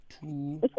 two